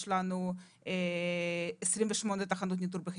יש לנו 28 תחנות ניטור בחיפה,